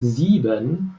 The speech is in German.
sieben